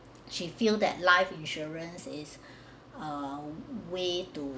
she feel that life insurance is a way to~